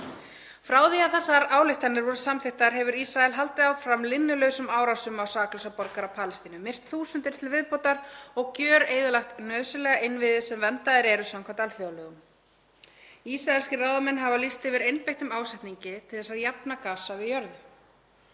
Frá því að þessar ályktanir voru samþykktar hefur Ísrael haldið áfram linnulausum árásum á saklausa borgara Palestínu, myrt þúsundir til viðbótar og gjöreyðilagt nauðsynlega innviði sem verndaðir eru samkvæmt alþjóðalögum. Ísraelskir ráðamenn hafa lýst yfir einbeittum ásetningi til þess að jafna Gaza við jörðu.